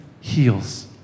heals